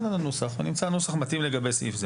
על הנוסח ונמצא נוסח מתאים לגבי סעיף זה.